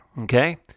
Okay